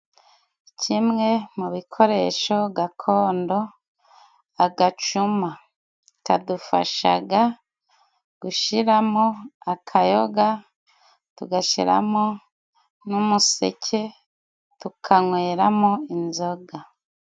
Kimwe mu bikoresho gakondo, agacuma kadufashaga gushiramo akayoga, tugashiramo n'umuseke, tukanyweramo inzoga.